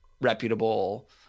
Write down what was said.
reputable